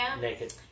Naked